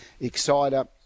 Exciter